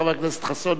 חבר הכנסת חסון.